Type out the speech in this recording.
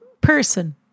person